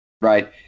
right